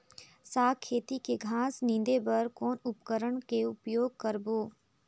साग खेती के घास निंदे बर कौन उपकरण के उपयोग करबो?